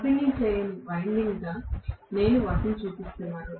పంపిణీ చేయని వైండింగ్ గా నేను వాటిని చూపిస్తున్నాను